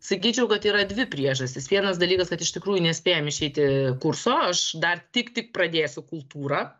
sakyčiau kad yra dvi priežastys vienas dalykas kad iš tikrųjų nespėjam išeiti kurso aš dar tik tik pradėsiu kultūrą